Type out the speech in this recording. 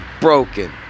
broken